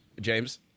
James